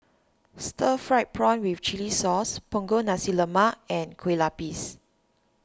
Stir Fried Prawn with Chili Sauce Punggol Nasi Lemak and Kueh Lupis